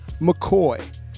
McCoy